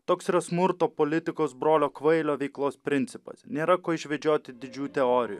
toks yra smurto politikos brolio kvailio veiklos principas nėra ko išvedžioti didžių teorijų